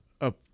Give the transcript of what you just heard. up